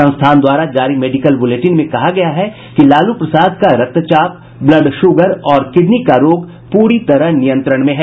संस्थान द्वारा जारी मेडिकल बुलेटिन में कहा गया है कि लालू प्रसाद का रक्तचाप ब्लड शुगर और किडनी का रोग पूरी तरह नियंत्रण में है